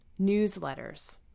Newsletters